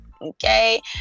okay